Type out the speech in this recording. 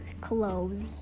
clothes